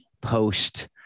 post